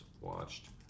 watched